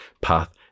path